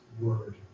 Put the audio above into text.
Word